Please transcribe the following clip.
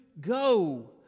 go